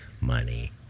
money